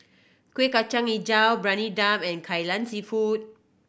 Kuih Kacang Hijau Briyani Dum and Kai Lan Seafood